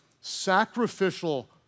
sacrificial